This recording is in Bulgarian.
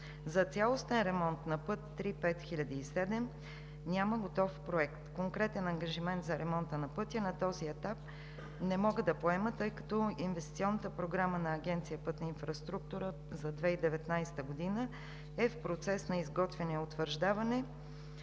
За цялостен ремонт на път III-5007 няма готов проект. Конкретен ангажимент за ремонта на пътя на този етап не мога да поема, тъй като Инвестиционната програма на Агенция „Пътна инфраструктура“ за 2019 г. е в процес на изготвяне и утвърждаване.